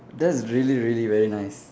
that's really really very nice